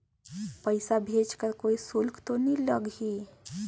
पइसा भेज कर कोई शुल्क तो नी लगही?